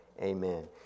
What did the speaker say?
Amen